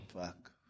Fuck